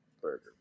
burger